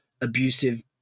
abusive